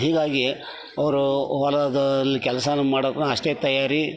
ಹೀಗಾಗಿ ಅವರು ಹೊಲದಲ್ಲಿ ಕೆಲ್ಸ ಮಾಡೋದನ್ನ ಅಷ್ಟೇ ತಯಾರಿ